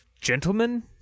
gentlemen